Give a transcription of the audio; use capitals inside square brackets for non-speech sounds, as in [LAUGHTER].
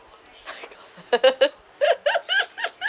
oh my god [LAUGHS]